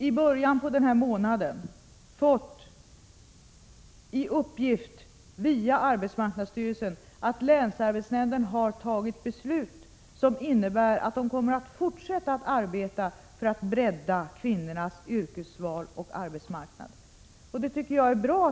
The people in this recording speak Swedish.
I början av den här månaden har jag i varje fall via arbetsmarknadsstyrelsen fått uppgiften att länsarbetsnämnden har fattat ett beslut, som innebär att den kommer att fortsätta att arbeta för att bredda kvinnornas yrkesval och arbetsmarknad — och det tycker jag är bra.